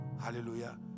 Hallelujah